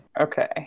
Okay